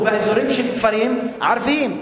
למרות שרוב אזור התעשייה הוא באזורים של כפרים ערביים.